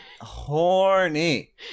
Horny